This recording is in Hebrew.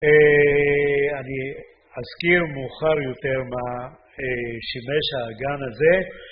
אני אזכיר מאוחר יותר מה שימש האגן הזה